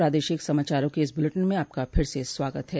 प्रादेशिक समाचारों के इस बुलेटिन में आपका फिर से स्वागत है